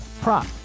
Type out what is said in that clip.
prop